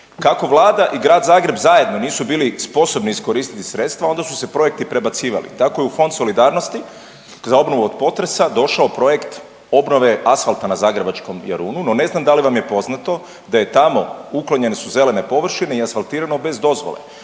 Kako Vlada i Grad Zagreb zajedno nisu bili sposobni iskoristiti sredstva onda su se projekti prebacivali. Tako je u Fond solidarnosti za obnovu od potresa došao projekt obnove asfalta na zagrebačkom Jarunu. No, ne znam da li vam je poznato da je tamo uklonjene su zelene površine i asfaltirano bez dozvole.